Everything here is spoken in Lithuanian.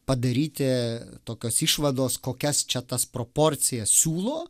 padaryti tokios išvados kokias čia tas proporcijas siūlo